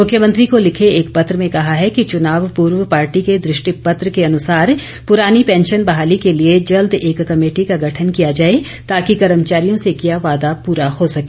मुख्यमंत्री को लिखे एक पत्र में कहा है कि चुनाव पूर्व पार्टी के दृष्टि पत्र के अनुसार पुरानी पेंशन बहाली के लिए जल्द एक कमेटी का गठन किया जाए ताँकि कर्मचारियों से किया वायदा पूरा हो सके